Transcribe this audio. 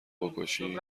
بکشی